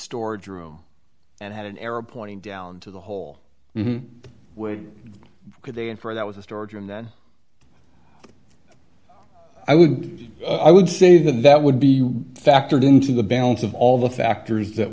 storage room and had an arrow pointing down to the whole way could they infer that was a storage in then i would i would say that that would be factored into the balance of all the factors that